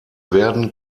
werden